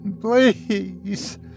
Please